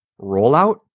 rollout